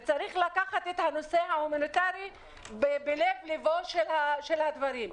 וצריך לקחת את הנושא ההומניטרי בלב ליבו של הדברים,